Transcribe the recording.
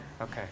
Okay